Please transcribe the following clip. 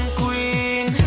queen